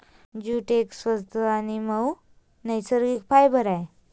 jute एक स्वस्त आणि मऊ नैसर्गिक फायबर आहे